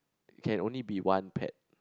can only be one pet